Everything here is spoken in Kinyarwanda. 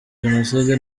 jenoside